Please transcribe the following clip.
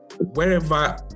wherever